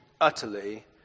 utterly